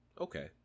okay